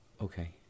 Okay